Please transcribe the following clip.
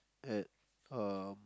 at um